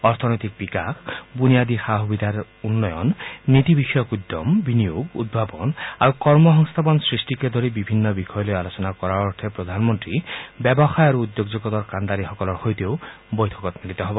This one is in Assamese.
অৰ্থনৈতিক বিকাশ বুনিয়াদী সা সুবিধা উন্নয়ন নীতিবিষয়ক উদ্যম বিনিয়োগ উদ্ভাৱন আৰু কৰ্মসংস্থাপনৰ সৃষ্টিকে ধৰি বিভিন্ন বিষয় লৈ আলোচনা কৰাৰ অৰ্থে প্ৰধানমন্ত্ৰী ব্যৱসায় আৰু উদ্যোগ জগতৰ কাণ্ডাৰীসকলৰ সৈতেও বৈঠকত মিলিত হ'ব